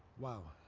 wow.